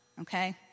Okay